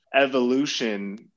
evolution